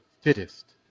fittest